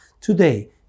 today